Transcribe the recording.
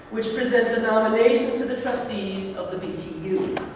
which presents a nomination to the trustees of the btu.